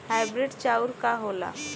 Hybrid चाउर का होला?